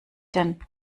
denn